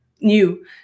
new